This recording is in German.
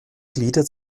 gliedert